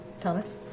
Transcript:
Thomas